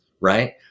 right